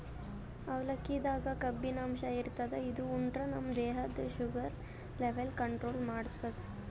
ಅವಲಕ್ಕಿದಾಗ್ ಕಬ್ಬಿನಾಂಶ ಇರ್ತದ್ ಇದು ಉಂಡ್ರ ನಮ್ ದೇಹದ್ದ್ ಶುಗರ್ ಲೆವೆಲ್ ಕಂಟ್ರೋಲ್ ಮಾಡ್ತದ್